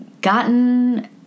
gotten